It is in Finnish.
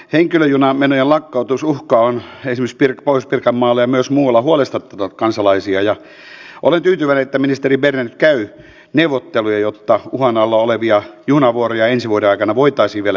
henkilöjunamenojen lakkautusuhka on esimerkiksi pohjois pirkanmaalla ja myös muualla huolestuttanut kansalaisia ja olen tyytyväinen että ministeri berner käy neuvotteluja jotta uhan alla olevia junavuoroja ensi vuoden aikana voitaisiin vielä jatkaa